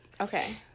Okay